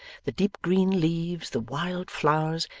the deep green leaves, the wild flowers,